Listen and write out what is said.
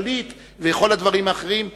הכלכלית וכל הדברים האחרים,